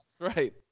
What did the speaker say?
Right